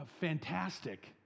fantastic